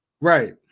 right